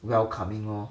welcoming lor